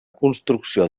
construcció